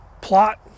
Plot